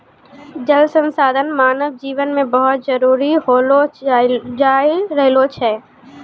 जल संसाधन मानव जिवन मे बहुत जरुरी होलो जाय रहलो छै